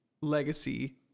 legacy